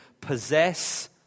possess